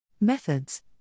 Methods